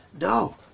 No